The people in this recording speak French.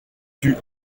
tue